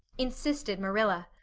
insisted marilla.